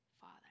Father